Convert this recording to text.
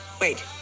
wait